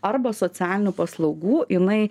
arba socialinių paslaugų jinai